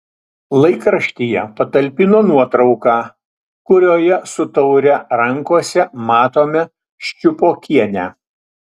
laikraštyje patalpino nuotrauką kurioje su taure rankose matome ščiupokienę